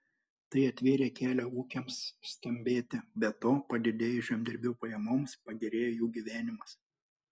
tai atvėrė kelią ūkiams stambėti be to padidėjus žemdirbių pajamoms pagerėjo jų gyvenimas